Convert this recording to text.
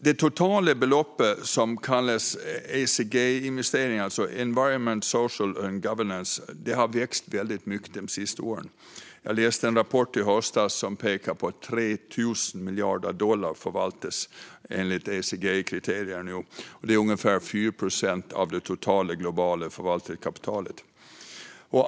Det totala beloppet av det som kallas ESG-investeringar - förkortningen står för environmental, social and governance - har växt väldigt mycket de senaste åren. Jag läste en rapport i höstas som pekade på att 3 000 miljarder dollar nu förvaltas enligt ESG-kriterier. Det är ungefär 4 procent av det totala globala förvaltningskapitalet.